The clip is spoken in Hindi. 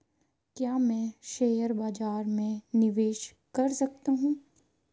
क्या मैं शेयर बाज़ार में निवेश कर सकता हूँ?